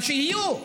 אבל שיהיו.